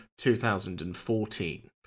2014